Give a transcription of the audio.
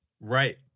Right